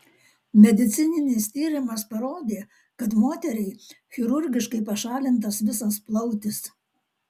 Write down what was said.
medicininis tyrimas parodė kad moteriai chirurgiškai pašalintas visas plautis